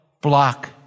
block